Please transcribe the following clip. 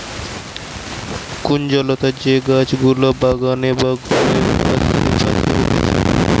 কুঞ্জলতা যে গাছ গুলা বাগানে বা ঘরের আসে পাশে হতিছে